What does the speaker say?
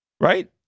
right